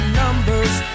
numbers